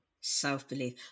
self-belief